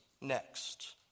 next